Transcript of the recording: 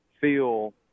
feel